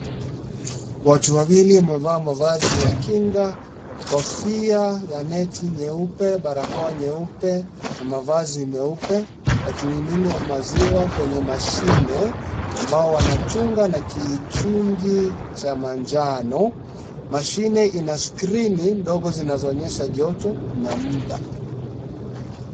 Watu wawili wamevaa mavazi ya kinga kofia ya neti nyeupe, barakoa nyeupe, na mavazi meupe wakimimina maziwa kwenye machine Ambao wanachunga na kichungi cha rangi ya manjano machine ina screen ndogo zinazoonyesha joto na mda.